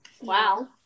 Wow